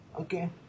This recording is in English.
Okay